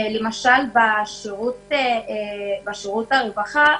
למשל בשירות הרווחה,